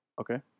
okay